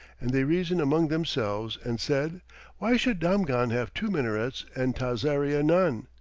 and they reasoned among themselves and said why should damghan have two minarets and tazaria none?